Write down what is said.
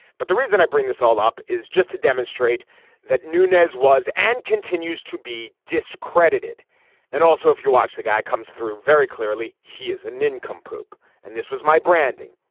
but the reason i bring this all up is just to demonstrate that nunez was and continues to be discredited and also if you watch the guy comes through very clearly he is a nincompoop and this was my branding.